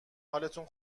حالتون